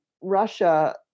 Russia